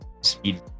Speed